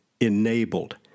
enabled